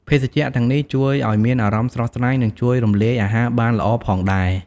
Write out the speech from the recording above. ភេសជ្ជៈទាំងនេះជួយឱ្យមានអារម្មណ៍ស្រស់ស្រាយ និងជួយរំលាយអាហារបានល្អផងដែរ ។